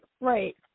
Right